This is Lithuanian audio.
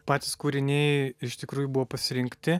patys kūriniai iš tikrųjų buvo pasirinkti